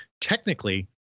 Technically